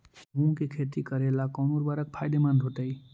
मुंग के खेती करेला कौन उर्वरक फायदेमंद होतइ?